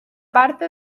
parte